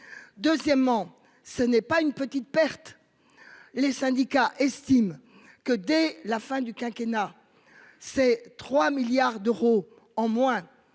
Deuxièmement ce n'est pas une petite perte. Les syndicats estiment que dès la fin du quinquennat. C'est 3 milliards d'euros en moins